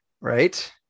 right